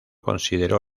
consideró